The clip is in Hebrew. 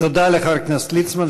תודה לחבר הכנסת ליצמן.